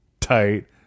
tight